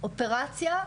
אופרציה,